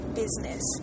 business